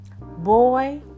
Boy